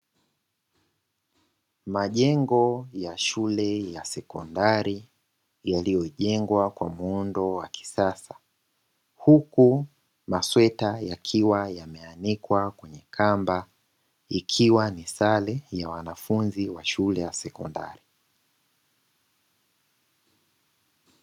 Majengo ya shule ya sekondari yaliyojengwa kwa muundo wa kisasa. Huku masweta yakiwa yameanikwa kwenye kamba ikiwa ni sare ya wanafunzi wa shule ya sekondari.